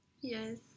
Yes